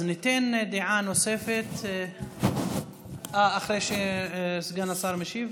אז ניתן דעה נוספת, אחרי שסגן השר משיב?